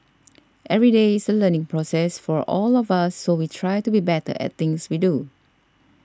every day is a learning process for all of us so we try to be better at things we do